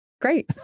Great